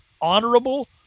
honorable